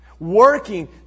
working